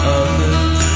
others